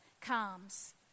comes